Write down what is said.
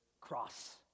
cross